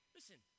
Listen